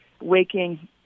waking